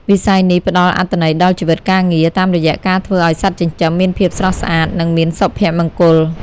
វិស័យនេះផ្តល់អត្ថន័យដល់ជីវិតការងារ តាមរយៈការធ្វើឱ្យសត្វចិញ្ចឹមមានភាពស្រស់ស្អាត និងមានសុភមង្គល។